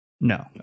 No